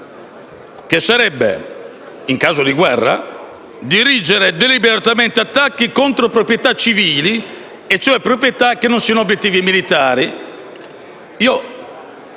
e sarebbe, in caso di guerra, «dirigere deliberatamente attacchi contro proprietà civili, e cioè proprietà che non siano obiettivi militari».